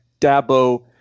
Dabo